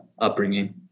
upbringing